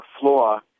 floor